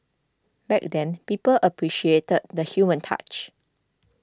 back then people appreciated the human touch